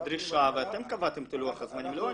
דרישה ואתם קבעתם את לוח הזמנים, לא אני.